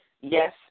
yes